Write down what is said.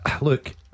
Look